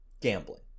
gambling